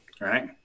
Right